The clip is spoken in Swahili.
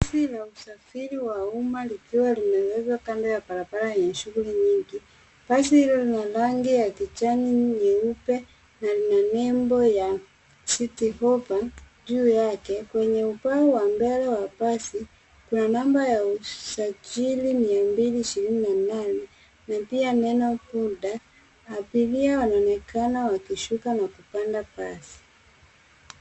Basi la usafiri wa umma likiwa limeegeshwa kando ya barabara yenye shughuli nyingi. Basi hilo lina rangi ya kijani, nyeupe na lina nembo ya Citi Hoppa juu yake. Kwenye ubao wa mbele wa basi, kuna namba ya usajili mia mbili ishirini na nane na pia neno punda. Abiria wanaonekana wakishuka na kupanda basi.